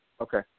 Okay